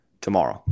tomorrow